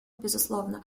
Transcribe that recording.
безусловно